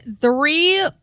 three